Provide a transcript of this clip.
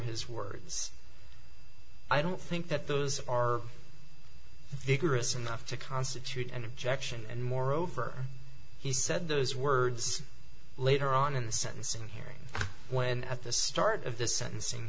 his words i don't think that those are vigorous enough to constitute an objection and moreover he said those words later on in the sentencing hearing when at the start of the sentencing